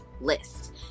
list